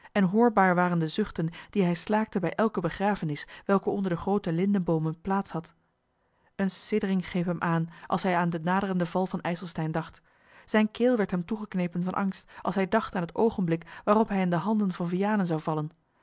en hoorbaar waren de zuchten die hij slaakte bij elke begrafenis welke onder de groote lindeboomen plaats had eene siddering greep hem aan als hij aan den naderenden val van ijselstein dacht zijne keel werd hem toegenepen van angst als hij dacht aan het oogenblik waarop hij in de handen van vianen zou vallen